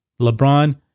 LeBron